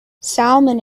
salmon